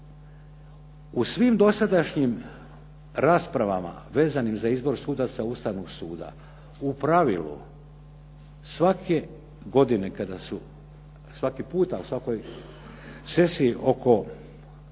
U svim dosadašnjim raspravama vezanim za izbor sudaca Ustavnog suda u pravilu svake godine kada su, svaki put ali svakoj sesiji oko izbora